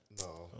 No